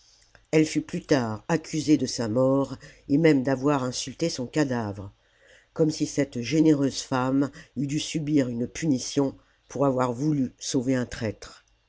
elle fut plus tard accusée de sa mort et même d'avoir insulté son cadavre comme si cette généreuse la commune femme eût dû subir une punition pour avoir voulu sauver un traître